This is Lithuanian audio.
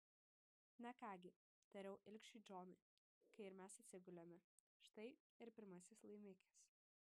na ką gi tariau ilgšiui džonui kai ir mes atsigulėme štai ir pirmasis laimikis